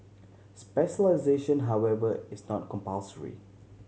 specialisation however is not compulsory